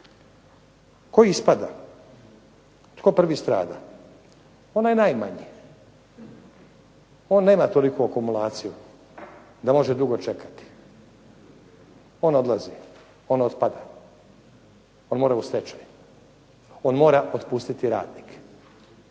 Tko ispada? Tko prvi strada? Onaj najmanji, on nema toliku kumulaciju da može toliko čekati. Od odlazi, on otpada, on mora u stečaj, on mora otpustiti radnike.